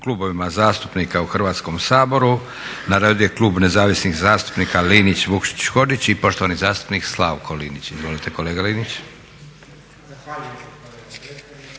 Klubovima zastupnika u Hrvatskom saboru. Na redu je klub nezavisnih zastupnika Linić – Vukšić – Hodžić i poštovani zastupnik Slavko Linić. Izvolite kolega Linić.